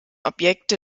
objekte